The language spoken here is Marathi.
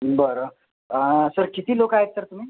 बरं सर किती लोक आहेत सर तुम्ही